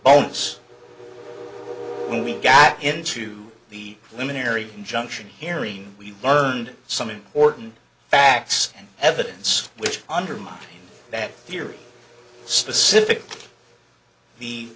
bonus when we got into the luminary injunction hearing we learned some important facts and evidence which undermine that theory specific t